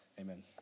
amen